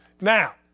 Now